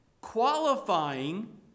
qualifying